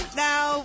now